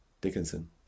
Dickinson